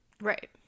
right